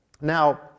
Now